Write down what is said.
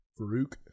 Farouk